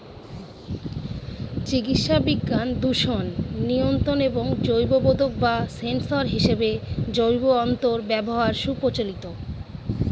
চিকিৎসাবিজ্ঞান, দূষণ নিয়ন্ত্রণ এবং জৈববোধক বা সেন্সর হিসেবে জৈব তন্তুর ব্যবহার সুপ্রচলিত